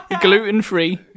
Gluten-free